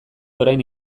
orain